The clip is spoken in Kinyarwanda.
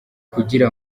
kugira